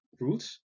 roots